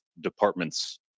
departments